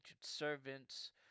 servants